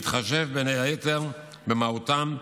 בהתחשב בין היתר במהותם,